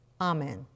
amen